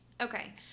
Okay